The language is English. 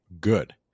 good